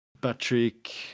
Patrick